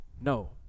No